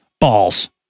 balls